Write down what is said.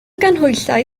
ganhwyllau